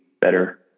better